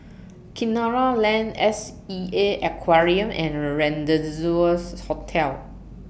Kinara Lane S E A Aquarium and Rendezvous Hotel